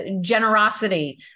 generosity